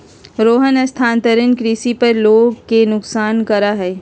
रोहन स्थानांतरण कृषि पर लोग के नुकसान करा हई